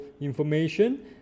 information